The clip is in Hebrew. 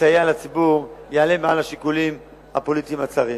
לסייע לציבור יעלה מעל השיקולים הפוליטיים והצרים.